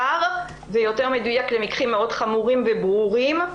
ויותר מדויק למקרים מאוד חמורים וברורים,